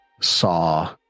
saw